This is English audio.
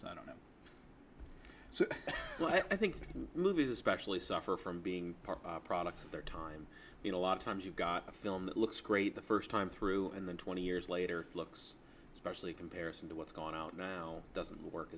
him i don't know so i think the movies especially suffer from being part product of their time in a lot of times you've got a film that looks great the first time through and then twenty years later looks especially comparison to what's going on now doesn't work